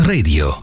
Radio